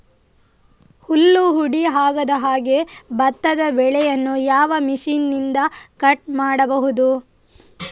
ಹುಲ್ಲು ಹುಡಿ ಆಗದಹಾಗೆ ಭತ್ತದ ಬೆಳೆಯನ್ನು ಯಾವ ಮಿಷನ್ನಿಂದ ಕಟ್ ಮಾಡಬಹುದು?